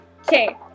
Okay